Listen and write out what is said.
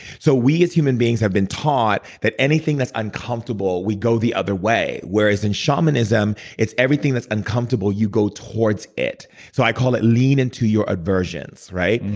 so we as human beings have been taught that anything that's uncomfortable, we go the other way, whereas, in shamanism, it's everything that's uncomfortable, you go towards it so i call it lean into your aversions, right?